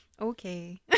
Okay